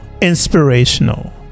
inspirational